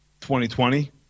2020